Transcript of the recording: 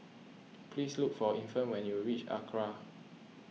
please look for Infant when you reach Acra